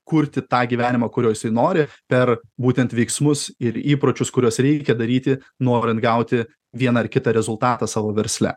kurti tą gyvenimą kurio jisai nori per būtent veiksmus ir įpročius kuriuos reikia daryti norint gauti vieną ar kitą rezultatą savo versle